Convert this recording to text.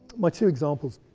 my two examples,